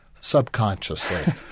subconsciously